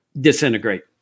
disintegrate